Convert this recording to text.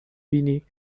بینی